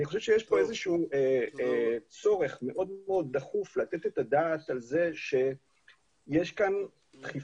אני חושב שיש פה צורך מאוד דחוף לתת את הדעת על זה שיש כאן דחיפות